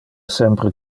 sempre